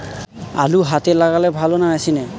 আলু হাতে লাগালে ভালো না মেশিনে?